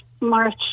March